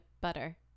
butter